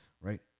Right